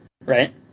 right